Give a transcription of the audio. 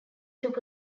took